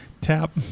tap